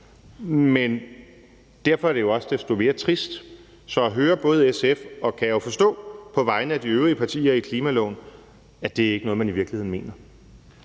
men derfor er det jo også desto mere trist så at høre på SF, også på vegne af, kan jeg forstå, de øvrige partier i klimaloven, at det ikke er noget, man i virkeligheden mener.